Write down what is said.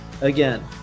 Again